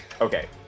Okay